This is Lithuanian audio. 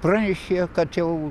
pranešė kad jau